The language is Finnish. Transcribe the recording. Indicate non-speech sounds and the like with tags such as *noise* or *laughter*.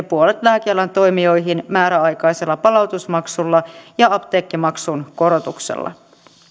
*unintelligible* puolet lääkeajan toimijoihin määräaikaisella palautusmaksulla ja apteekkimaksun korotuksella